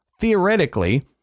Theoretically